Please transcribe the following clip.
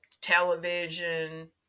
television